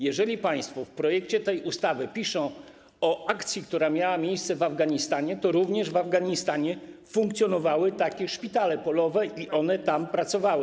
Jeżeli państwo w projekcie tej ustawy piszą o akcji, która miała miejsce w Afganistanie, to również w Afganistanie funkcjonowały takie szpitale polowe i one tam pracowały.